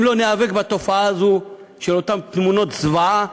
אם לא ניאבק בתופעה הזאת, של אותן תמונות זוועה,